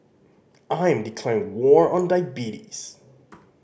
I am declaring war on diabetes